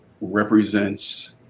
represents